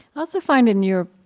also find, in your